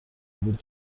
بود